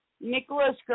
Nicholas